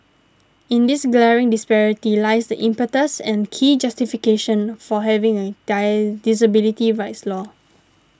in this glaring disparity lies the impetus and key justification for having a die disability rights law